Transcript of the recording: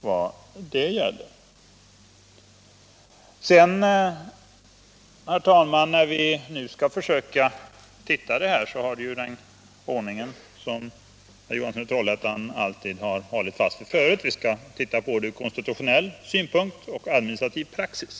Herr Johansson i Trollhättan har tidigare alltid hållit fast vid den ordningen att vår granskning skall avse konstitutionella frågor och administrativ praxis.